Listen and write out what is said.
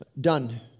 Done